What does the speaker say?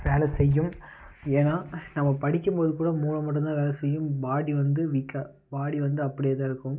வேலை செய்யும் ஏன்னா நம்ம படிக்கும் போது கூட மூளை மட்டும் தான் வேலை செய்யும் பாடி வந்து வீக்காக பாடி வந்து அப்படியே தான் இருக்கும்